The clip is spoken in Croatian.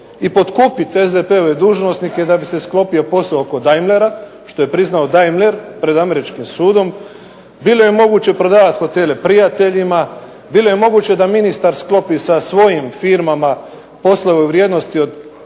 i potkupiti SDP-ove dužnosnike da bi se sklopio posao oko Daimler, što je priznao Daimler pred Američkim sudom, bilo je moguće prodavati hotele prijateljima, bilo je moguće da ministar sklopi sa svojim firmama poslove u vrijednosti